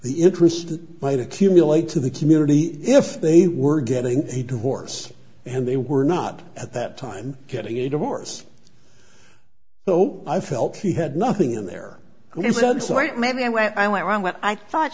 the interest might accumulate to the community if they were getting a divorce and they were not at that time getting a divorce so i felt he had nothing in there he said so right maybe i went i went wrong what i thought